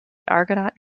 argonaut